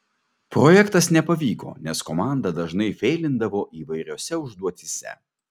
projektas nepavyko nes komanda dažnai feilindavo įvairiose užduotyse